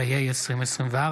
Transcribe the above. התשפ"ה 2024,